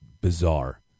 bizarre